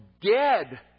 dead